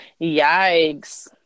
Yikes